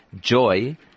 joy